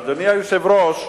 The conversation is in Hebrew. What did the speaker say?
אדוני היושב-ראש,